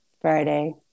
Friday